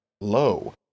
low